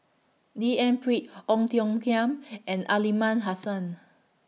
D N Pritt Ong Tiong Khiam and Aliman Hassan